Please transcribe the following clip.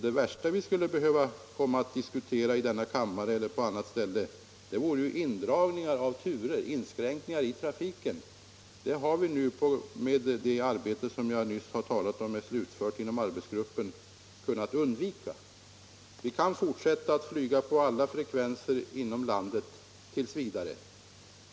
Det värsta vi kunde få att diskutera här i kammaren eller på annat håll vore indragningar av turer, inskränkningar i trafiken. Det har vi tack vare det arbete som nu slutförts inom arbetsgruppen kunnat undvika. Vi kan t. v. fortsätta att flyga på alla frekvenser inom landet.